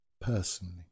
personally